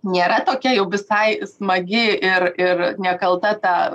nėra tokia jau visai smagi ir ir nekalta ta